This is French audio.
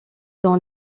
dans